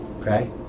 Okay